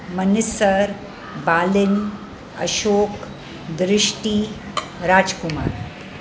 मनिसर बालिन अशोक द्रिष्टी राजकुमार